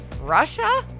Russia